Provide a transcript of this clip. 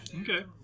Okay